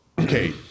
okay